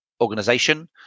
organization